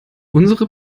unsere